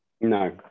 No